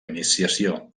iniciació